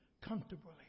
comfortably